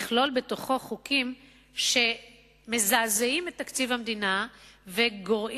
לכלול חוקים שמזעזעים את תקציב המדינה וגורעים